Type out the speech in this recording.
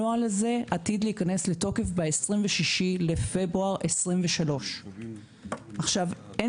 הנוהל הזה עתיד להיכנס לתוקף ב-26 לפברואר 23'. אין